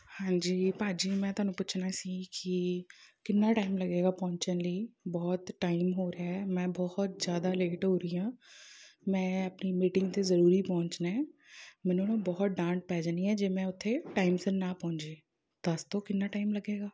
ਹਾਂਜੀ ਭਾਅ ਜੀ ਮੈਂ ਤੁਹਾਨੂੰ ਪੁੱਛਣਾ ਸੀ ਕਿ ਕਿੰਨਾ ਟਾਈਮ ਲੱਗੇਗਾ ਪਹੁੰਚਣ ਲਈ ਬਹੁਤ ਟਾਈਮ ਹੋ ਰਿਹਾ ਮੈਂ ਬਹੁਤ ਜ਼ਿਆਦਾ ਲੇਟ ਹੋ ਰਹੀ ਹਾਂ ਮੈਂ ਆਪਣੀ ਮੀਟਿੰਗ 'ਤੇ ਜ਼ਰੂਰੀ ਪਹੁੰਚਣਾ ਮੈਨੂੰ ਨਾ ਬਹੁਤ ਡਾਂਟ ਪੈ ਜਾਣੀ ਹੈ ਜੇ ਮੈਂ ਉੱਥੇ ਟਾਈਮ ਸਿਰ ਨਾ ਪਹੁੰਚੀ ਦਸ ਦਿਉ ਕਿੰਨਾ ਟਾਈਮ ਲੱਗੇਗਾ